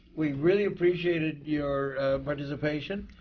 we've really appreciated your participation.